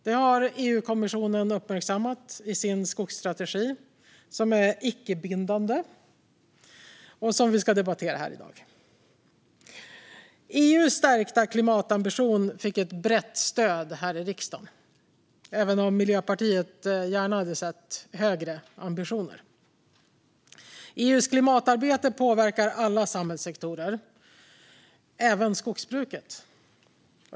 Det har EU-kommissionen uppmärksammat i sin skogsstrategi, som är icke bindande och som vi debatterar här i dag. EU:s stärkta klimatambition fick ett brett stöd här i riksdagen, även om Miljöpartiet gärna hade sett högre ambitioner. EU:s klimatarbete påverkar alla samhällssektorer, även skogsbruket.